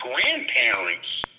grandparents